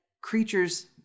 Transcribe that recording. creatures